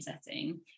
setting